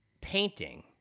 painting